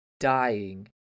dying